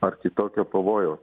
ar kitokio pavojaus